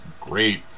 great